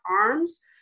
arms